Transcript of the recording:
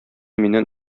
миннән